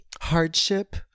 Hardship